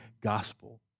gospel